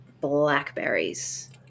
blackberries